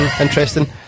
Interesting